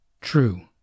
True